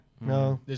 No